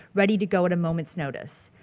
ready to go at a moment's notice.